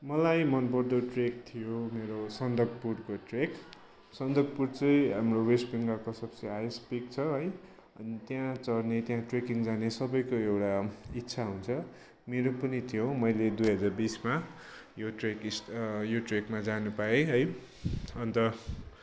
मलाई मनपर्दो ट्रेक थियो मेरो सन्दकपुरको ट्रेक सन्दकपुर चाहिँ हाम्रो वेस्ट बङ्गालको सबसे हाइएस्ट पिक छ है अनि त्यहाँ चढ्ने त्यहाँ ट्रेकिङ जाने सबैको एउटा इच्छा हुन्छ मेरो पनि थियो मैले दुई हजार बिसमा यो ट्रेकिस यो ट्रेकमा जानु पाएँ है अन्त